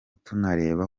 tunareba